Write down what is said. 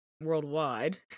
worldwide